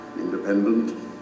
Independent